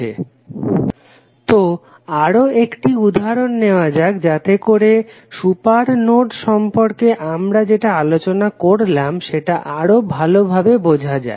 Refer Slide Time 2223 তো আরও একটি উদাহরণ নেওয়া যাক যাতে করে সুপার নোড সম্পর্কে আমরা যেটা আলোচনা করলাম সেতা আরও ভালো ভাবে বঝ যায়